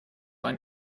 ein